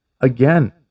Again